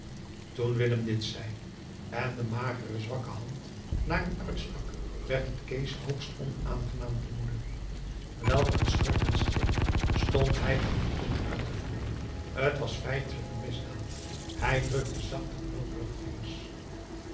dit zei en de magere zwakke hand naar hem uitstak werd het kees hoogst onaangenaam te moede welk een schurkenstreek stond hij op het punt uit te voeren t was feitelijk een misdaad hij drukte zacht de knokkelige vingers